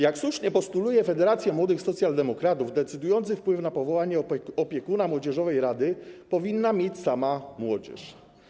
Jak słusznie postuluje Federacja Młodych Socjaldemokratów, decydujący wpływ na powołanie opiekuna młodzieżowej rady powinna mieć sama młodzież.